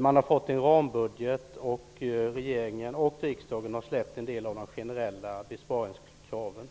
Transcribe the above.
Man har fått en rambudget, och regeringen och riksdagen har släppt en del av de generella besparingskraven.